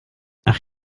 ach